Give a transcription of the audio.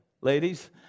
ladies